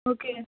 okay